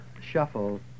shuffle